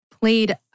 played